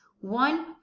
One